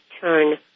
turn